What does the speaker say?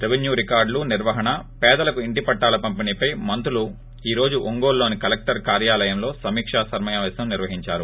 revenue రికార్లులు నిర్వహణ పేదలకు ఇంటిపట్టాల పంపిణీ పై మంత్రులు ఈ రోజు ఒంగోలులోని కలెక్షర్ కార్వాలయంలో సమీకా సమాపేశం నిర్వహించారు